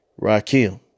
Rakim